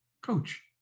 coach